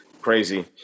Crazy